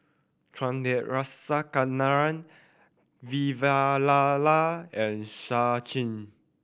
Chandrasekaran Vavilala and Sachin